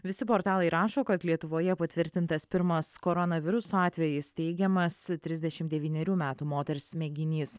visi portalai rašo kad lietuvoje patvirtintas pirmas koronaviruso atvejis teigiamas trisdešimt devynerių metų moters mėginys